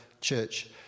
church